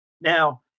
Now